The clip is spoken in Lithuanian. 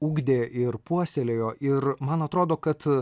ugdė ir puoselėjo ir man atrodo kad